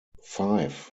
five